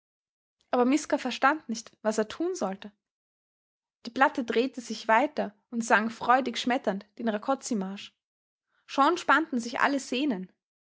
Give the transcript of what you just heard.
aber miska verstand nicht was er tun sollte die platte drehte sich weiter und sang freudig schmetternd den rakoczymarsch schon spannten sich alle sehnen